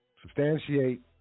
substantiate